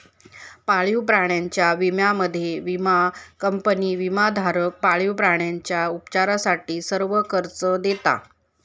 पाळीव प्राण्यांच्या विम्यामध्ये, विमा कंपनी विमाधारक पाळीव प्राण्यांच्या उपचारासाठी सर्व खर्च देता